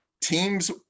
teams